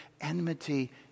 enmity